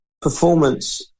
Performance